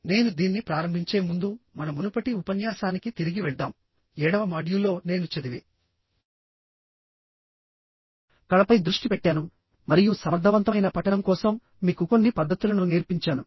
నేను దీన్ని ప్రారంభించే ముందు మన మునుపటి ఉపన్యాసానికి తిరిగి వెళ్దాం ఏడవ మాడ్యూల్లో నేను చదివే కళపై దృష్టి పెట్టాను మరియు సమర్థవంతమైన పఠనం కోసం మీకు కొన్ని పద్ధతులను నేర్పించాను